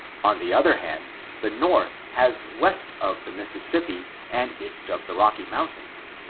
on the other hand the north has west of the mississippi and east of the rocky mountains,